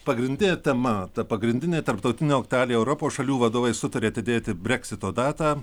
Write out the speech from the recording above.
pagrindinė tema ta pagrindinė tarptautinė aktualija europos šalių vadovai sutarė atidėti breksito datą